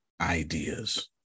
ideas